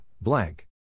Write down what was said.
blank